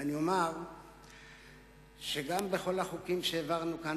ואני אומר שגם בכל החוקים שהעברנו כאן